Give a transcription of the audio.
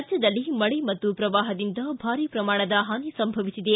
ರಾಜ್ಯದಲ್ಲಿ ಮಳೆ ಮತ್ತು ಪ್ರವಾಹದಿಂದ ಭಾರಿ ಪ್ರಮಾಣದ ಹಾನಿ ಸಂಭವಿಸಿದೆ